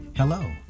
Hello